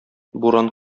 буран